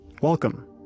Welcome